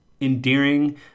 endearing